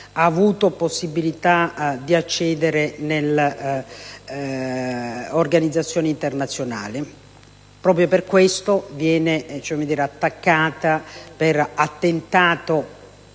ha avuto la possibilità di accedere alle organizzazioni internazionali. Proprio per questo motivo viene attaccata per attentato